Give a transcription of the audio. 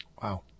Wow